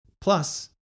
plus